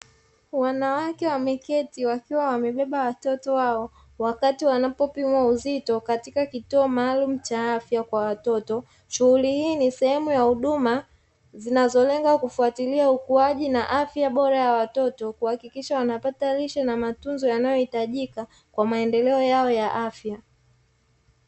Wanawake wameketi wakiwa wamebeba watoto wao wakati wanapopimwa uzito katika kituo maalumu cha afya kwa watoto, shughuli hii ni sehemu ya huduma zinazolenga kufuatilia ukuaji na afya bora ya watoto, kuhakikisha wanapata lishe na matunzo yanayohitajika kwa maendeleo yao ya afya.